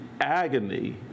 agony